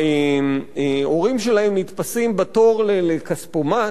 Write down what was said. ההורים שלהם נתפסים בתור לכספומט.